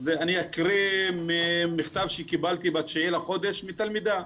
אז אני אקריא ממכתב שקבלתי בתשיעי לחודש מתלמידה.